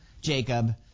Jacob